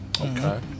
Okay